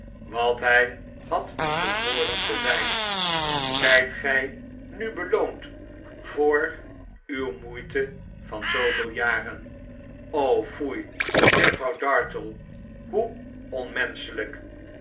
wat hij had behooren te zijn zijt gij n u beloond voor uw moeite van zooveel jaren r o foei juffrouw dartle hoe onmenschelijk